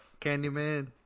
Candyman